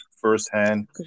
firsthand